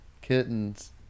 kittens